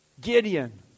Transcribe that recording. Gideon